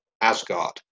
Asgard